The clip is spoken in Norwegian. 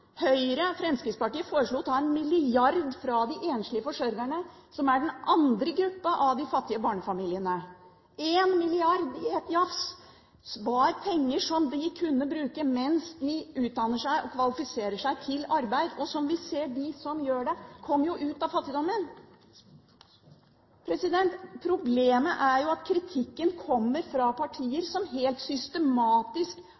Høyre og Fremskrittspartiet foreslo å ta 1 mrd. kr fra de enslige forsørgerne, som er den andre gruppen av fattige barnefamilier – 1 mrd. kr i ett jafs. Dette er penger de kunne brukt mens de utdannet seg og kvalifiserte seg til arbeid. Vi ser at de som gjør det, kommer ut av fattigdommen. Problemet er at kritikken kommer fra